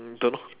don't know